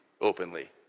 openly